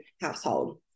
household